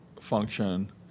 function